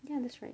ya that's right